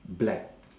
black